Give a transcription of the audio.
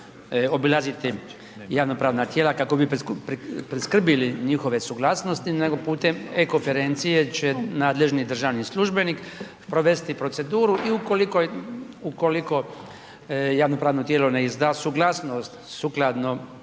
obilaziti javno-pravna tijela kako bi priskrbili njihove suglasnosti nego putem e-konferencije će nadležni državni službenik provesti proceduru i ukoliko javno-pravno tijelo ne izda suglasnost postupku